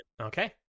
okay